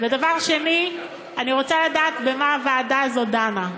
דבר שני, אני רוצה לדעת במה הוועדה הזו דנה.